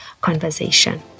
conversation